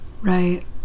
Right